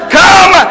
come